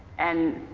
and